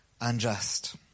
Unjust